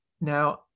now